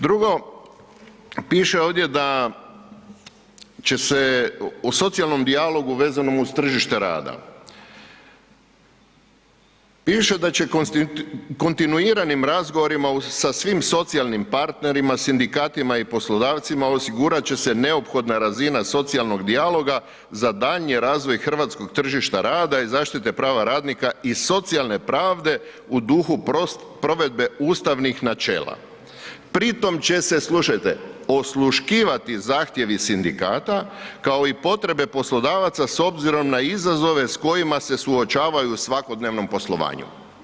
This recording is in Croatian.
Drugo, piše ovdje da će se u socijalnom dijalogu vezanom uz tržište rada, piše da će kontinuiranim razgovorima sa svim socijalnim partnerima, sindikatima i poslodavcima osigurat će se neophodna razina socijalnog dijaloga za daljnji razvoj hrvatskog tržišta rada i zaštite prava radnika i socijalne pravde u duhu provedbe ustavnih načela, pri tom će se, slušajte, osluškivati zahtjevi sindikata kao i potreba poslodavaca s obzirom na izazove s kojima se suočavaju u svakodnevnom poslovanju.